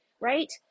right